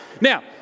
Now